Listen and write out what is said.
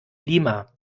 lima